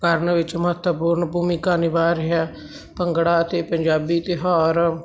ਕਰਨ ਵਿੱਚ ਮਹੱਤਵਪੂਰਨ ਭੂਮਿਕਾ ਨਿਭਾ ਰਿਹਾ ਭੰਗੜਾ ਅਤੇ ਪੰਜਾਬੀ ਤਿਉਹਾਰ